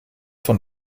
von